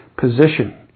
position